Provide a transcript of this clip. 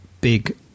big